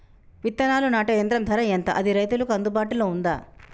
విత్తనాలు నాటే యంత్రం ధర ఎంత అది రైతులకు అందుబాటులో ఉందా?